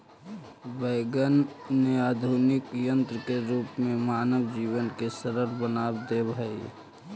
wagon ने आधुनिक यन्त्र के रूप में मानव जीवन के सरल बना देवऽ हई